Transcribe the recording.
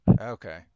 Okay